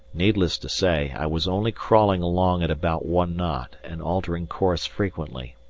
needless to say, i was only crawling along at about one knot and altering course frequently.